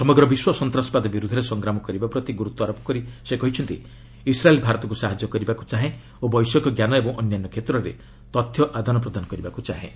ସମଗ୍ର ବିଶ୍ୱ ସନ୍ତାସବାଦ ବିରୁଦ୍ଧରେ ସଂଗ୍ରାମ କରିବା ପ୍ରତି ଗୁରୁତ୍ୱାରୋପ କରି ସେ କହିଛନ୍ତି ଇସ୍ରାଏଲ୍ ଭାରତକୁ ସାହାଯ୍ୟ କରିବାକୁ ଚାହେଁ ଓ ବୈଷୟିକଜ୍ଞାନ ଏବଂ ଅନ୍ୟାନ୍ୟ କ୍ଷେତ୍ରରେ ତଥ୍ୟ ଆଦାନପ୍ରଦାନ କରିବାକୁ ଚାହେଁ